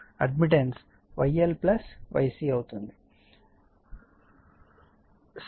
Y admittance YL YC